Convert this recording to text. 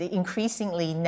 increasingly